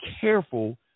careful